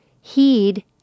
heed